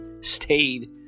stayed